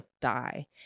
die